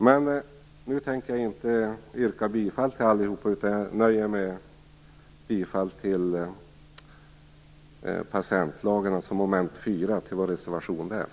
Jag tänker inte yrka bifall till alla reservationerna. Jag nöjer mig med att yrka bifall till reservation 3